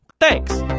Thanks